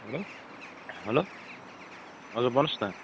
hello hello hello भन्नुहोस् न